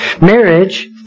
Marriage